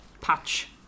Patch